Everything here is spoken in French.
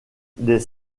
des